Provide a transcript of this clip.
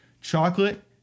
Chocolate